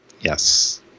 Yes